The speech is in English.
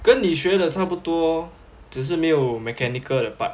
跟你学的差不多只是没有 mechanical 的 part